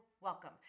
welcome